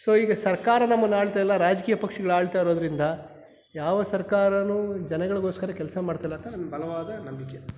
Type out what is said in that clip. so ಈಗ ಸರ್ಕಾರ ನಮ್ಮನ್ನು ಆಳ್ತಾಯಿಲ್ಲ ರಾಜಕೀಯ ಪಕ್ಷಗಳು ಆಳ್ತಾ ಇರೋದರಿಂದ ಯಾವ ಸರ್ಕಾರನೂ ಜನಗಳಿಗೋಸ್ಕರ ಕೆಲಸ ಮಾಡ್ತಿಲ್ಲ ಅಂತ ನಂಗೆ ಬಲವಾದ ನಂಬಿಕೆ